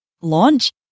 launch